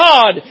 God